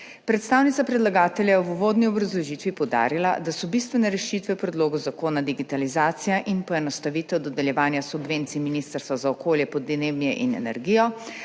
Predstavnica predlagatelja je v uvodni obrazložitvi poudarila, da so bistvene rešitve v predlogu zakona digitalizacija in poenostavitev dodeljevanja subvencij Ministrstva za okolje, podnebje in energijo